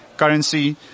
currency